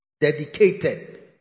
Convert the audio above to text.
dedicated